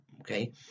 okay